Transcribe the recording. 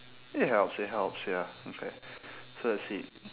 it helps it helps ya okay so let's see